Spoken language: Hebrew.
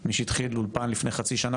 מי שהתחיל אולפן לפני חצי שנה,